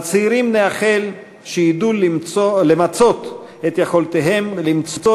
לצעירים נאחל שידעו למצות את יכולותיהם ולמצוא